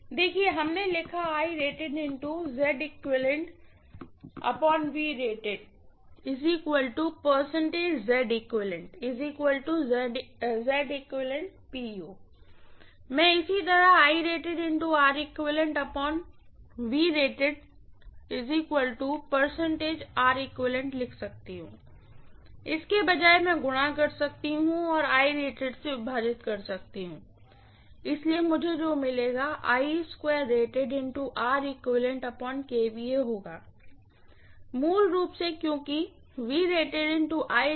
देखिये हमने लिखा मैं इसी तरह लिख सकता हूं इसके बजाय मैं गुणा कर सकता हूं और Irated से विभाजित कर सकता हूं इसलिए मुझे जो मिलेगा वह होगा मूल रूप से क्योंकि